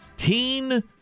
Teen